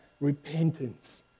repentance